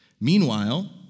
Meanwhile